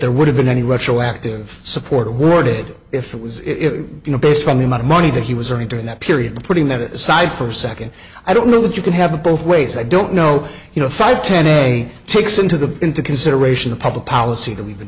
there would have been any retroactive support awarded if it was if you know based on the amount of money that he was or into in that period putting that aside for a second i don't know that you can have it both ways i don't know you know five ten a day takes into the into consideration the public policy that we've been